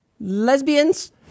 Lesbians